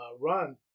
run